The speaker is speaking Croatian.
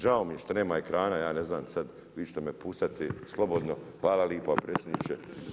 Žao mi je što nema ekrana ja ne znam sada vi ćete me puštati slobodno hvala lipa predsjedniče.